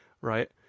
right